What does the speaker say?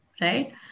Right